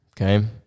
Okay